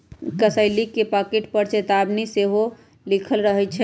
कसेली के पाकिट पर चेतावनी सेहो लिखल रहइ छै